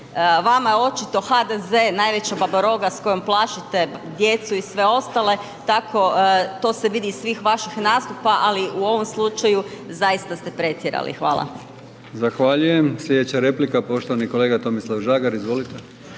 Vama je očito HDZ najveća babaroga s kojom plašite djecu i sve ostale. Tako to se vidi iz svih vaših nastupa ali u ovom slučaju zaista ste pretjerali. Hvala. **Brkić, Milijan (HDZ)** Zahvaljujem. Sljedeća replika poštovani kolega Tomislav Žagar. Izvolite.